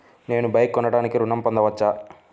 నేను బైక్ కొనటానికి ఋణం పొందవచ్చా?